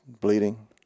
bleeding